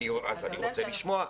אני רוצה לשמוע.